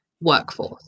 workforce